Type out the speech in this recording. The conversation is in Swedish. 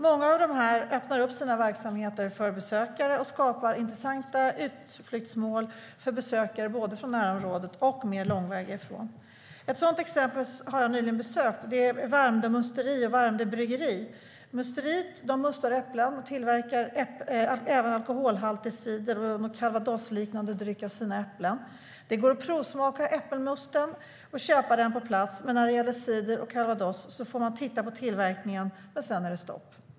Många av dem öppnar sina verksamheter för besökare och skapar intressanta utflyktsmål för besökare både från närområdet och mer långväga ifrån. Ett sådant exempel har jag nyligen besökt, Värmdö musteri och Värmdö bryggeri. Musteriet mustar äpplen och tillverkar alkoholhaltig cider och en calvadosliknande dryck av sina äpplen. Det går att provsmaka äppelmusten och köpa den på plats, men när det gäller cider och calvados får man bara titta på tillverkningen - sedan är det stopp.